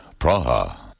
Praha